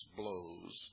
blows